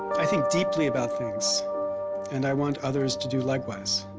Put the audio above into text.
i think deeply about things and i want others to do likewise.